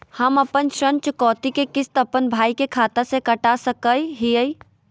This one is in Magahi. हम अपन ऋण चुकौती के किस्त, अपन भाई के खाता से कटा सकई हियई?